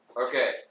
Okay